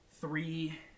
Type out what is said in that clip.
three